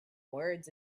words